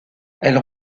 elle